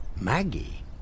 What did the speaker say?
Maggie